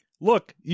look